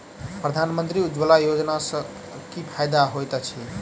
प्रधानमंत्री उज्जवला योजना सँ की फायदा होइत अछि?